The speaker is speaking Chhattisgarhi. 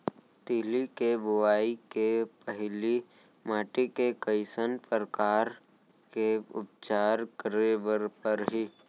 तिलि के बोआई के पहिली माटी के कइसन प्रकार के उपचार करे बर परही?